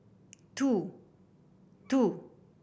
two two